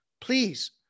please